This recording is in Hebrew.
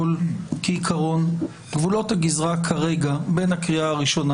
כעיקרון גבולות הגזרה כרגע בין הקריאה הראשונה